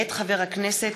מאת חבר הכנסת